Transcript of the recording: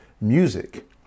music